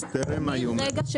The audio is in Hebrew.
אז תראה מה היא אומרת.